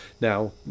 Now